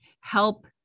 help